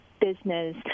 business